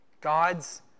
God's